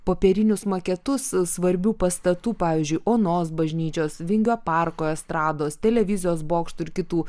popierinius maketus svarbių pastatų pavyzdžiui onos bažnyčios vingio parko estrados televizijos bokšto ir kitų